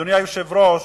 אדוני היושב-ראש,